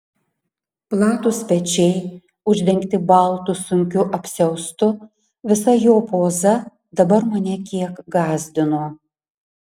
platūs pečiai uždengti baltu sunkiu apsiaustu visa jo poza dabar mane kiek gąsdino